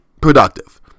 productive